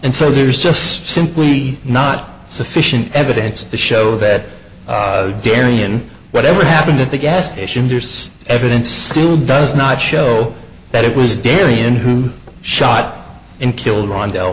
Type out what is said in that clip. and so there's just simply not sufficient evidence to show that darien whatever happened at the gas station there's evidence still does not show that it was daily in who shot and killed ron